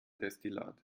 destillat